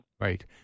Right